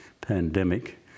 pandemic